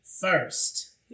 first